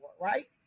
right